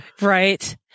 Right